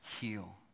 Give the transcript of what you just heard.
heal